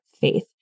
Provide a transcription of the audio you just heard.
faith